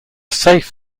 safe